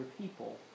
people